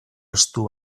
estu